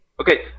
Okay